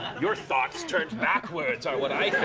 your thoughts turned backwards, are what i